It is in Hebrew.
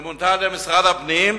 שמונתה על-ידי משרד הפנים,